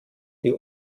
die